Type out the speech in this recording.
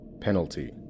Penalty